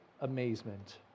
amazement